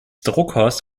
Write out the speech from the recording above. druckers